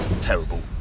terrible